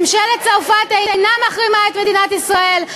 ממשלת צרפת אינה מחרימה את מדינת ישראל.